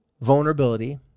vulnerability